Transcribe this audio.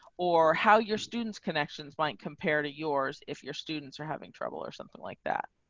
or how your students connections blank compared to yours. if your students are having trouble or something like that.